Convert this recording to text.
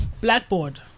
Blackboard